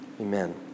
Amen